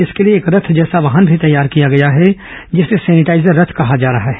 इसके लिए एक रथ जैसा वाहन भी तैयार किया गया है जिसे सैनिटाईजर रथ कहा जा रहा है